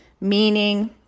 meaning